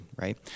Right